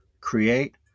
create